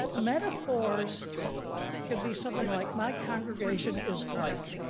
metaphors could be something like my congregation is like.